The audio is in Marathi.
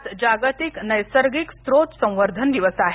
आज जागतिक नैसर्गिक स्रोत संवर्धन दिवस आहे